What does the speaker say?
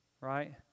right